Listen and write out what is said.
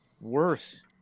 worse